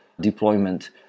deployment